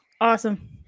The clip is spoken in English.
Awesome